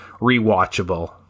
rewatchable